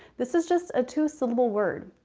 this is just a two syllable word.